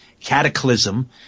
cataclysm